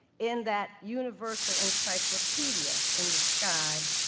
in that universal encyclopedia in the sky,